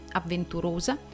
avventurosa